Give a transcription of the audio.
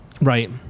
Right